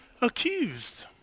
accused